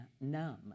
numb